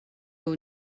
will